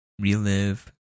relive